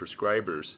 prescribers